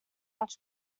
much